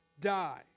die